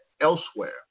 elsewhere